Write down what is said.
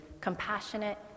compassionate